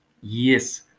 yes